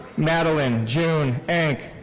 madeline june enke.